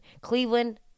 Cleveland